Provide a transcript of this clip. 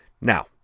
Now